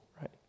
right